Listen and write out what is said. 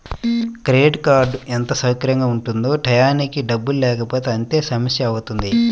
credit card ఎంత సౌకర్యంగా ఉంటుందో టైయ్యానికి డబ్బుల్లేకపోతే అంతే సమస్యవుతుంది